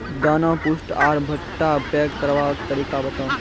दाना पुष्ट आर भूट्टा पैग करबाक तरीका बताऊ?